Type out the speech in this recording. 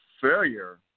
failure